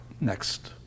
next